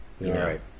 Right